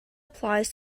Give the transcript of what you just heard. applies